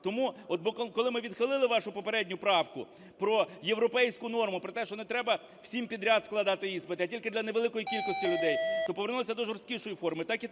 Тому, коли ми відхилили вашу попередню правку про європейську норму, про те, що не треба всім підряд складати іспити, а тільки для невеликої кількості людей, то повернулися до жорсткішої формули.